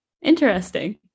interesting